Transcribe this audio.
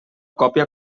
còpia